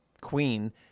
Queen